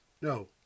No